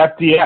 FDX